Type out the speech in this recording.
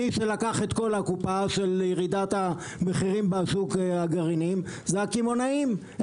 מי שלקח את כל הקופה של ירידת המחירים בשוק הגרעינים זה הקמעונאים.